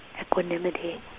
equanimity